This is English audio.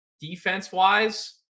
defense-wise